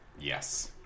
Yes